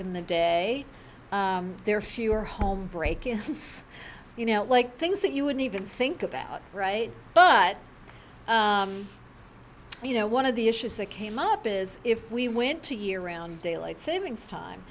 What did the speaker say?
in the day there are fewer home break infants you know like things that you wouldn't even think about right but you know one of the issues that came up is if we went to year round daylight savings time